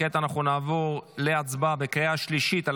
כעת אנחנו נעבור להצבעה בקריאה השלישית על